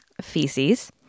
feces